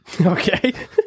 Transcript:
Okay